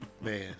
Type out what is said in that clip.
Man